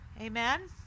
Amen